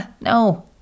no